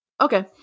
Okay